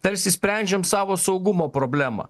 tarsi sprendžiam savo saugumo problemą